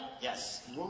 Yes